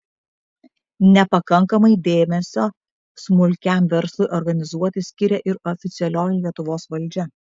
nepakankamai dėmesio smulkiam verslui organizuoti skiria ir oficialioji lietuvos valdžia